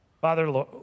Father